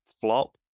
flop